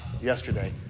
yesterday